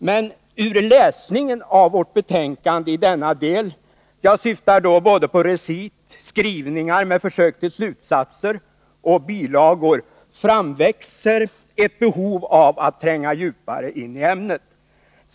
Men ur läsningen av vårt betänkande i denna del — jag syftar då på såväl recitskrivningar med försök till slutsater som bilagor — framväxer ett behov av att tränga djupare in i ämnet.